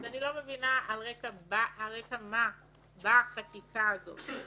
אני לא מבינה על רקע מה באה החקיקה הזאת.